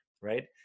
right